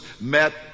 met